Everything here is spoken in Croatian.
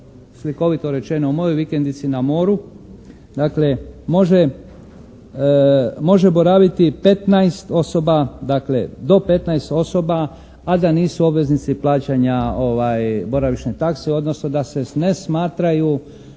slikovito rečeno u mojoj vikendici na moru, dakle može boraviti 15 osoba. Dakle, do 15 osoba a da nisu obveznici plaćanja boravišne takse, odnosno da se ne smatraju